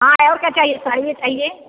हाँ और क्या चाहिए साड़ियाँ चाहिए